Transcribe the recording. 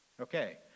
Okay